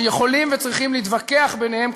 שיכולים וצריכים להתווכח ביניהם,